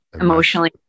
emotionally